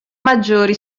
maggiori